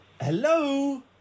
Hello